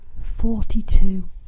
Forty-two